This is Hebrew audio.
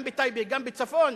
גם בטייבה וגם בצפון,